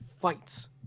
fights